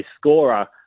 scorer